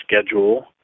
schedule